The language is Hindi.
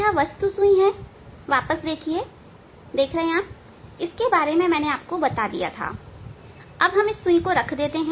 अब यह वस्तु सुई है वापस आप इसे देखते हैं जैसा कि मैंने इसके बारे में बता दिया है हम इस सुई को रख देते हैं